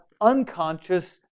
unconscious